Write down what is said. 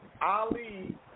Ali